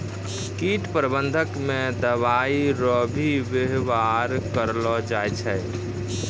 कीट प्रबंधक मे दवाइ रो भी वेवहार करलो जाय छै